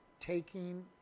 taking